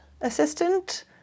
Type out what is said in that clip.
assistant